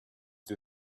the